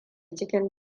cikin